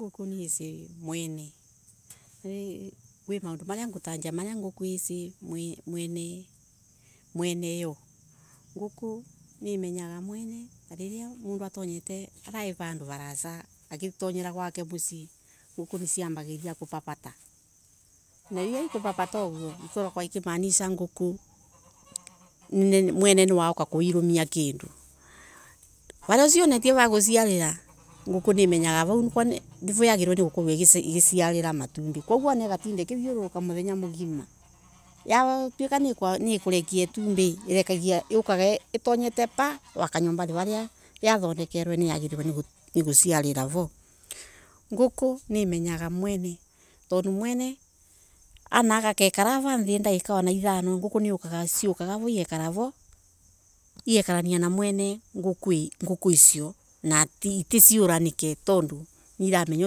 Nguku niici mwene kwi maundu maria ngutaja maria nguku ici mwmenemwene yo. Nguku nii menyaga mwene tariria mundu atonyete araii vandu varaca agitonyera gwake mucii. nguku niciambagiriria kupapata. Nariria ikupapata uguo ikaragwa Ikimaanisha nguku mwene niwauka kuirumia kindu. Varia ucionetie va guciarira nguku niimenyaga vau nivo yagirirwe gukorwo igiciarira matumbi. Koguo anaigatinda ikithiururuka muthenya mugima. yatwika nikurekia itumbi. yukaga itonyete pa wakanyombari varia yathondekwe niguciarira vo. Nguku niimenyaga mwene tondu mwene anaagekara ava nthi ndagika wana ithano. nguku niciukaga ana iyekara vo igekarania na mwene nguku icio na tiaura nike tondu niiramenya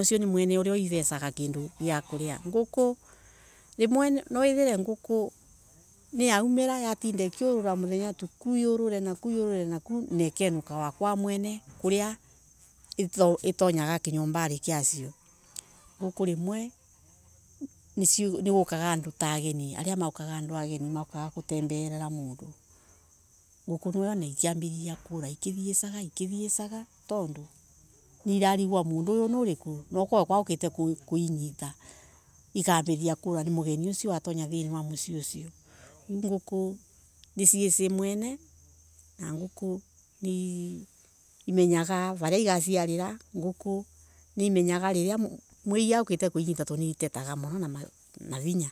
ucio ni mwene uria uivecaga kindu gia kuria. Nguku rimue nawithirie nguku niaumira yatinda ikiurura muthenya tuku na ikenuka wa kwa mwene kuria itonyaga kinyombari kiacio. Nguku nimwe nigukaga andu ta ageni ana maukaga kutembeera mundu. Nguku nawone ikiambiriria kura ikithiesaga ikithiesaga. Tondu niirarigwa mundu uyu nuriku. nokorwe nikwaaukite kuinyita. Ikambiriria kura nimugeni ucio watonyathiini wa mucii ucio. Nguku niciici mwene na niimenyaga varia igaciarira. Nguku niimenyaga riria mwii aukite kuinyita tandu niitetaga muno na navinya.